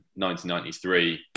1993